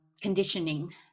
conditioning